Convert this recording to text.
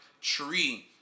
tree